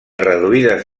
reduïdes